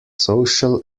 social